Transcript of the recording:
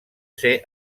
ser